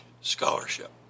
Scholarship